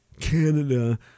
Canada